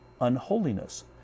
unholiness